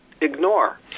ignore